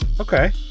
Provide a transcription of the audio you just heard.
Okay